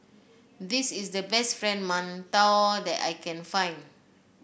this is the best Fried Mantou that I can find